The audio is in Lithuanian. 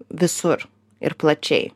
visur ir plačiai